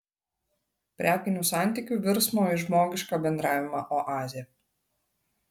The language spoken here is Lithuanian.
prekinių santykių virsmo į žmogišką bendravimą oazė